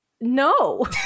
No